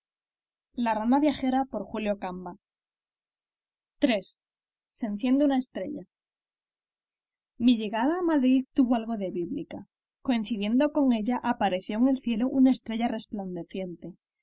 cangrejos iii se enciende una estrella mi llegada a madrid tuvo algo de bíblica coincidiendo con ella apareció en el cielo una estrella resplandeciente una